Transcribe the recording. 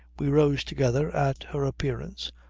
we rose together at her appearance.